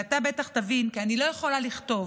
ואתה בטח תבין כי איני יכולה לכתוב.